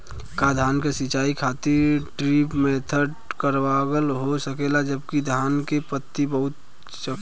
का धान क सिंचाई खातिर ड्रिप मेथड कारगर हो सकेला जबकि धान के पानी बहुत चाहेला?